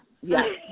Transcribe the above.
yes